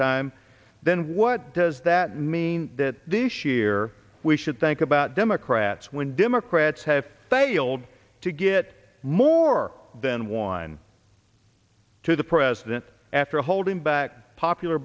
time then what does that mean that this year we should think about democrats when democrats have failed to get more than one to the president after holding back popular